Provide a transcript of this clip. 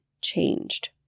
changed